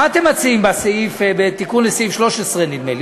מה אתם מציעים בתיקון לסעיף 13, נדמה לי?